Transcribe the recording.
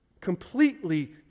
completely